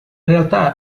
realtà